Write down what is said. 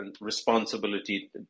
responsibility